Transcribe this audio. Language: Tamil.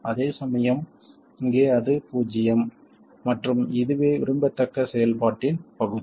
அதேசமயம் இங்கே அது பூஜ்ஜியம் மற்றும் இதுவே விரும்பத்தக்க செயல்பாட்டின் பகுதி